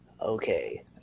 okay